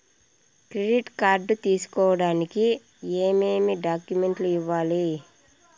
credit card తీసుకోడానికి ఏమేమి డాక్యుమెంట్లు ఇవ్వాలి